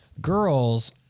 girls